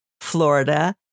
Florida